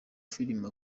filimi